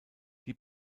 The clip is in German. die